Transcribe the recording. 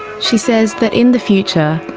she says that in the future,